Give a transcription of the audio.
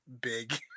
big